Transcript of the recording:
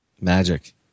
Magic